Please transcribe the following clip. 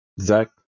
Zach